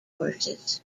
horses